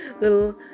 little